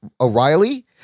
O'Reilly